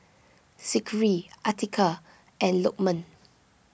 Zikri Atiqah and Lokman